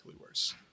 worse